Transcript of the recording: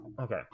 okay